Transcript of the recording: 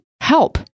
help